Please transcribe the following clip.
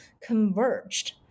converged